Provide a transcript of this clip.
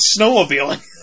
snowmobiling